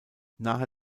nahe